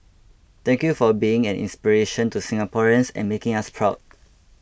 thank you for being an inspiration to Singaporeans and making us proud